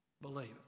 Believe